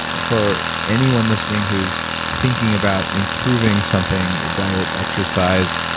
for anyone listening who's thinking about improving something, a diet, exercise,